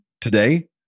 today